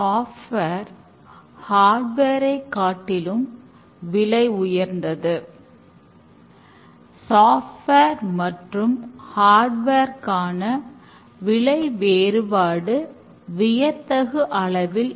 எனவே pair programming test driven development incremental development simplicity ஆகியவை extreme programming இன் குணநலன்கள்